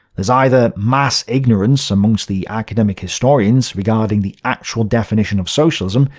there's either, mass-ignorance amongst the academic historians regarding the actual definition of socialism,